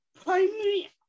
primary